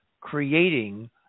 creating